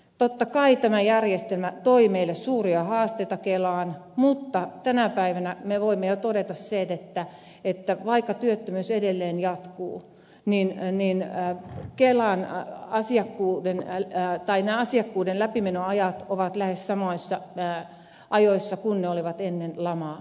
totta kai tämä järjestelmä toi meille kelaan suuria haasteita mutta tänä päivänä me voimme jo todeta sen että vaikka työttömyys edelleen jatkuu niin kelan asiakkuuden ja iltaa tai naisia kuten läpimenoajat ovat lähes samoissa ajoissa kuin ne olivat ennen lamaa